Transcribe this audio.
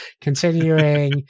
Continuing